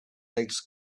legs